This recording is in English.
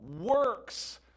works